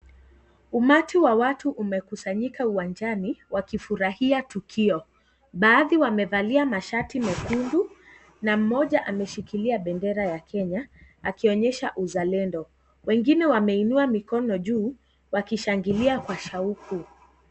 Umati wa watu umekusanyika uwanjani wakifuraha tukio. Baadhi wamevalia mashati mekundu na mmoja ameshikilia bendera ya Kenya, akionyesha uzalendo. Wengine wameinua mikono juu wakishangilia kwa shauku.